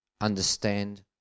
understand